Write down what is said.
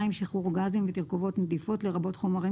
שחרור גזים ותרכובות נדיפות לרבות חומרים